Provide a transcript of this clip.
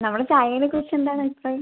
നമ്മളെ ചായേനെക്കുറിച്ചെന്താണ് അഭിപ്രായം